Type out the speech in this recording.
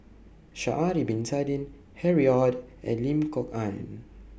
Sha'Ari Bin Tadin Harry ORD and Lim Kok Ann